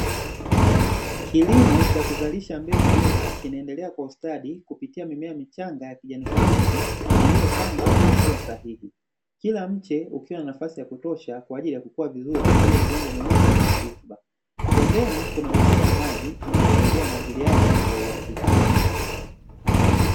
Kilimo cha kuzalisha mbegu bora kinaendelea kwa ustadi kupitia mimea michanga ya kijani kibichi iliyopangwa kwa hatua sahihi. Kila mche ukiwa na nafasi ya kutosha kwa ajili ya kukua vizuri juu ya udongo mweusi wenye rutuba. Pembeni kuna mipira ya maji inayosaidia umwagiliaji wa uhakika.